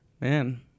Man